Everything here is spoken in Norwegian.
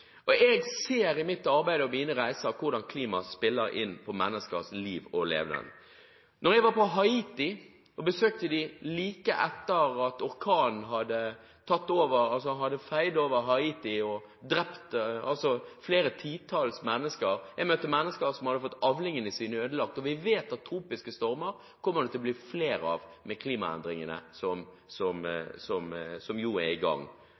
Jeg ser i mitt arbeid og på mine reiser hvordan klima spiller inn på menneskers liv og levnet. Da jeg besøkte Haiti like etter at orkanen hadde feid over landet og drept flere titalls mennesker, møtte jeg mennesker som hadde fått avlingene sine ødelagt. Vi vet at tropiske stormer kommer det til å bli flere av med klimaendringene som er i gang. Temperaturen har allerede steget med 0,8 grader i